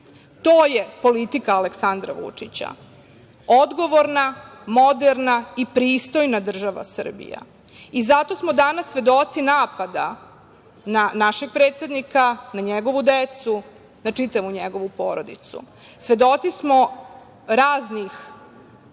je politika Aleksandra Vučića – odgovorna, moderna i pristojna država Srbija. Zato smo danas svedoci napada na našeg predsednika, na njegovu decu, na čitavu njegovu porodicu. Svedoci smo raznih,